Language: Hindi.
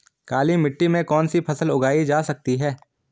काली मिट्टी में कौनसी फसल उगाई जा सकती है?